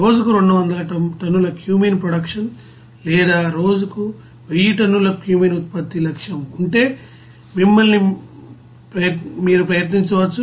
రోజుకు 200 టన్నుల cumene productions లేదా రోజుకు 1000 టన్నుల క్యూమీన్ ఉత్పత్తి లక్ష్యం ఉంటే మిమ్మల్ని మీరు ప్రయత్నించవచ్చు